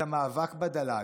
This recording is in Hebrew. את המאבק בדה-לג,